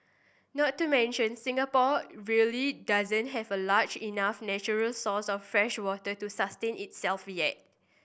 not to mention Singapore really doesn't have a large enough natural source of freshwater to sustain itself yet